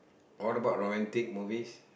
what about romantic movies